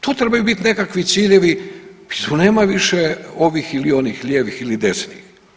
To trebaju bit nekakvi ciljevi i tu nema više ovih ili onih, lijevih ili desni.